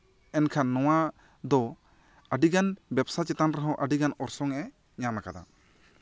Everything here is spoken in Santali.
ᱮᱱᱠᱷᱟᱱ ᱱᱚᱣᱟ ᱫᱚ ᱟᱹᱰᱤᱜᱟᱱ ᱵᱮᱵᱥᱟ ᱪᱮᱛᱟᱱ ᱨᱮᱦᱚᱸ ᱟᱹᱰᱤᱜᱟᱱ ᱚᱨᱥᱚᱝ ᱮ ᱧᱟᱢ ᱟᱠᱟᱫᱟ